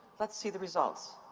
let's see the results.